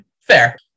Fair